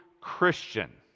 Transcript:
Christian